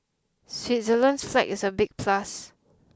Switzerland's flag is a big plus